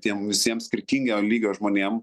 tiem visiem skirtingo lygio žmonėm